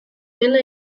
dena